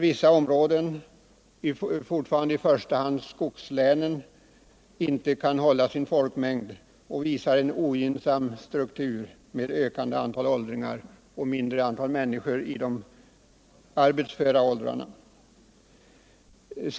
Vissa områden, i första hand skogslänen, kan inte hålla sin folkmängd utan visar en ogynnsam struktur med ett ökat antal åldringar och ett minskande antal människor i de arbetsföra åldrarna.